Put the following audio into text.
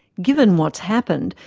given what's happened,